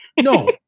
no